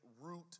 root